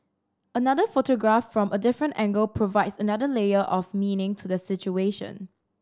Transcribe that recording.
another photograph from a different angle provides another layer of meaning to the situation